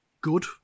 good